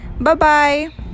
Bye-bye